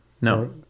No